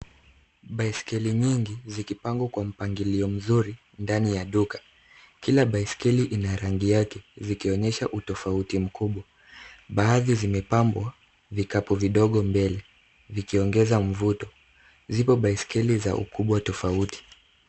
Baiskeli nyingi zikipangwa kwa mpangilio mzuri ndani ya duka. Kila baiskeli ina rangi yake zikionyesha utofauti mkubwa. Baadhi zimepambwa vikapu vidogo mbele, vikiongeza mvuto. Zipo baiskeli za ukubwa tofauti.